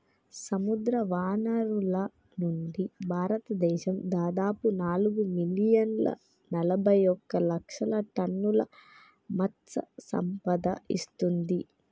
సముద్రవనరుల నుండి, భారతదేశం దాదాపు నాలుగు మిలియన్ల నలబైఒక లక్షల టన్నుల మత్ససంపద ఇస్తుంది